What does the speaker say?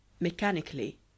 Mechanically